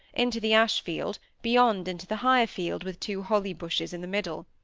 into the ashfield, beyond into the higher field with two holly-bushes in the middle.